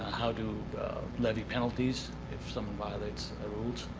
how to levy penalties if someone violates the